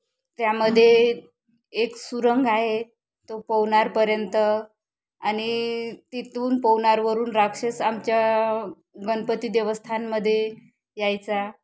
त्यामध्ये एक सुरंग आहे तो पवनारपर्यंत आणि तिथून पवनारवरून राक्षस आमच्या गणपती देवस्थानमध्ये यायचा